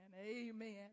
Amen